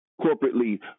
corporately